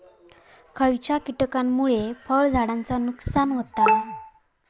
खयच्या किटकांमुळे फळझाडांचा नुकसान होता?